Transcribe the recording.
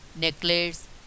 necklace